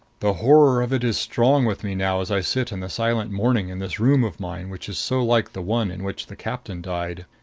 the horror of it is strong with me now as i sit in the silent morning in this room of mine which is so like the one in which the captain died.